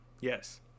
Yes